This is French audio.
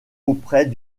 auprès